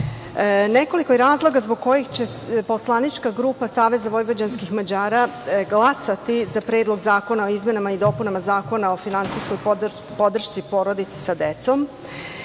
nekoliko je razloga zbog kojih će se poslanička grupa SVM glasati za Predlog zakona o izmenama i dopunama Zakona o finansijskoj podršci porodici sa decom,